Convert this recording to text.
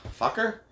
fucker